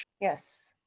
Yes